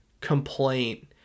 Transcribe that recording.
complaint